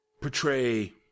portray